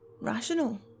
rational